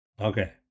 Okay